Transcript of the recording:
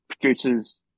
produces